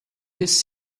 his